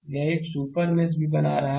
तो यह एक और सुपर मेष भी बना रहा है